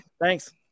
Thanks